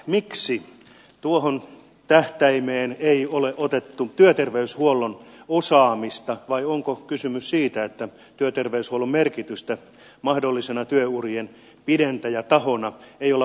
mutta miksi tuohon tähtäimeen ei ole otettu työterveyshuollon osaamista vai onko kysymys siitä että työterveyshuollon merkitystä mahdollisena työurien pidentäjätahona ei ole vielä huomioitu